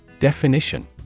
Definition